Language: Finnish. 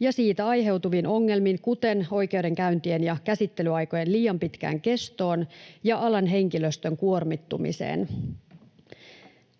ja siitä aiheutuviin ongelmiin, kuten oikeudenkäyntien ja käsittelyaikojen liian pitkään kestoon ja alan henkilöstön kuormittumiseen.